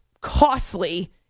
costly